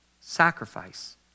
Sacrifice